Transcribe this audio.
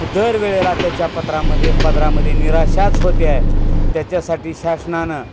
तो दर वेळेला त्याच्या पदरामध्ये पदरामध्ये निराशाच होते आहे त्याच्यासाठी शासनानं